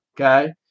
Okay